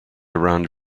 around